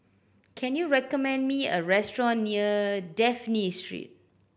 can you recommend me a restaurant near Dafne Street